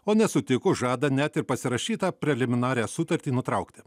o nesutikus žada net ir pasirašytą preliminarią sutartį nutraukti